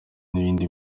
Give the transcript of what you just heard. n’indi